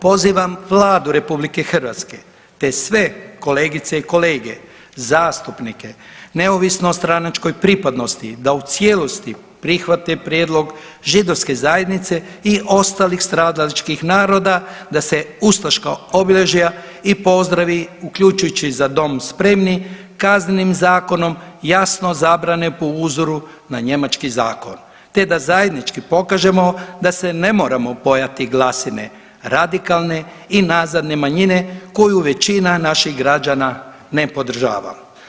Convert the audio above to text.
Pozivam Vladu RH te sve kolegice i kolege zastupnike neovisno o stranačkoj pripadnosti da u cijelosti prihvate prijedlog židovske zajednice i ostalih stadalačkih naroda da se ustaška obilježja i pozdravi uključujući Za dom spremni kaznenim zakonom jasno zabrane po uzoru na njemački zakon te da zajednički pokažemo da se ne moramo bojati glasine radikalne i nazadne manjine koju većina naših građana ne podržava.